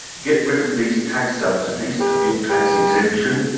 get rid of these tax subsidies, the fuel tax exemption.